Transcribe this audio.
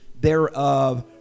thereof